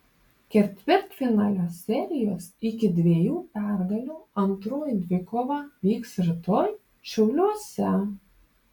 ketvirtfinalio serijos iki dviejų pergalių antroji dvikova vyks rytoj šiauliuose